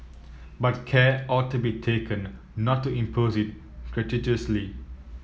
but care ought to be taken not to impose it gratuitously